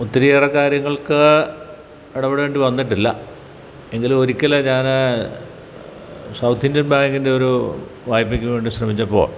ഒത്തിരി ഏറെ കാര്യങ്ങൾക്ക് ഇടപെടേണ്ടി വന്നിട്ടില്ല എങ്കിലും ഒരിക്കൽ ഞാൻ സൗത്ത് ഇന്ത്യൻ ബാങ്കിൻ്റെ ഒരു വായ്പക്ക് വേണ്ടി ശ്രമിച്ചപ്പോൾ